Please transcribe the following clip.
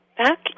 Back